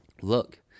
look